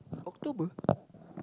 October